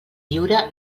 lliure